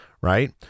Right